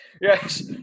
Yes